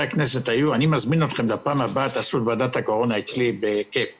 אני מזמין אתכם שבפעם הבאה תעשו את ועדת הקורונה אצלי כדי